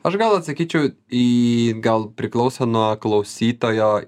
aš gal atsakyčiau į gal priklauso nuo klausytojo